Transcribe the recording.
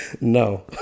no